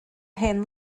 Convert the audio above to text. hen